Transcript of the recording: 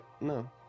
no